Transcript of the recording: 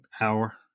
Hour